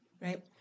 Right